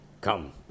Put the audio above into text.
Come